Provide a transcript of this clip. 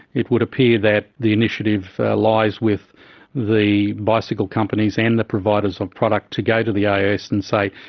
it would appear that the initiative lies with the bicycle companies and the providers of product to go to the ais and say,